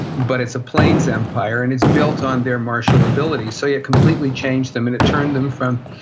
but it's a plains empire, and it's built on their martial abilities. so yeah it completely changed them, and it turned them from,